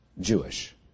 Jewish